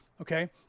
okay